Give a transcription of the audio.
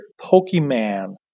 Pokemon